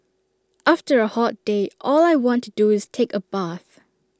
after A hot day all I want to do is take A bath